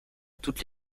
toutes